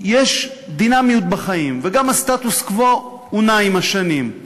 יש דינמיות בחיים, וגם הסטטוס-קוו נע עם השנים,